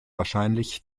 wahrscheinlich